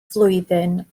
flwyddyn